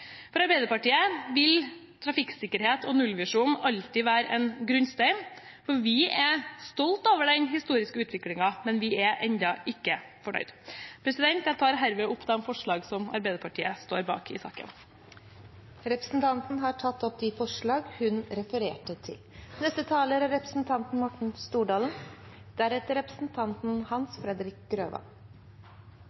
For Arbeiderpartiet vil trafikksikkerhet og nullvisjon alltid være en grunnstein. Vi er stolte over den historiske utviklingen, men vi er enda ikke fornøyd. Jeg tar herved opp de forslagene som Arbeiderpartiet står bak i sak nr. 11, det vi står alene om, og dem vi står sammen med andre om. Representanten